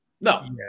no